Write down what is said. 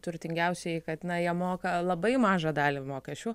turtingiausieji kad na jie moka labai mažą dalį mokesčių